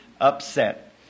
upset